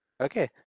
Okay